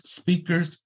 speakers